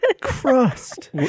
Crust